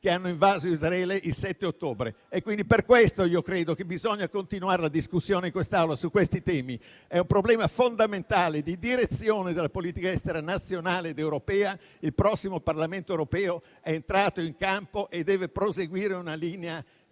che hanno invaso Israele il 7 ottobre. Quindi, per questo credo che bisogna continuare la discussione in quest'Aula su questi temi; è un problema fondamentale di direzione della politica estera nazionale ed europea. Il prossimo Parlamento europeo è entrato in campo e deve proseguire la linea